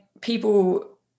people